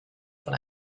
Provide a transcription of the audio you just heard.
von